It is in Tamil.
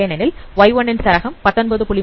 ஏனெனில் Y1 ன் சரகம் 19